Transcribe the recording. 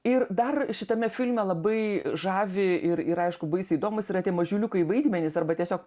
ir dar šitame filme labai žavi ir ir aišku baisiai įdomūs yra tie mažiuliukai vaidmenys arba tiesiog